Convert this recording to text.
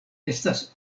estas